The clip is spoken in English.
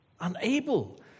Unable